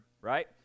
right